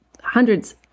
hundreds